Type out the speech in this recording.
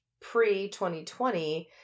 pre-2020